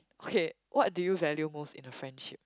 okay what do you value most in a friendship